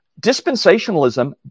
Dispensationalism